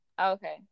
Okay